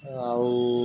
ଆଉ